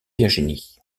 virginie